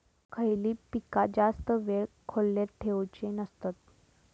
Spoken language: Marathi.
खयली पीका जास्त वेळ खोल्येत ठेवूचे नसतत?